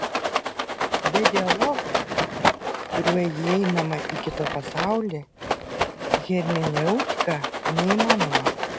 be dialogo kuriuo įeinama į kito pasaulį hermeneutika neįmanoma